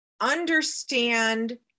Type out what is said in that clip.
understand